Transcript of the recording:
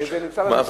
זה נמצא בשאילתא.